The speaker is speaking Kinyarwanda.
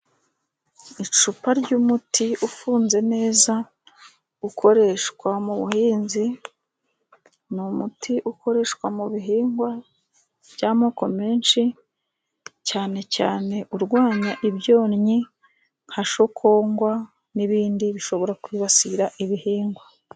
Icupa ry'umuti ufunze neza, ukoreshwa mu buhinzi ni umuti ukoreshwa mu bihingwa by'amoko menshi, cyane cyane urwanya ibyonnyi, nka shokonkwa, n'ibindi bishobora kwibasira ibihingwa.